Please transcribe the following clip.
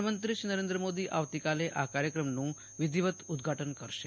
પ્રધાનમંત્રી નરેન્દ્ર મોદી આવતીકાલે આ કાર્યક્રમનું વિધિવત ઉદઘાટન કરશે